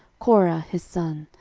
korah his son,